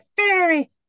fairy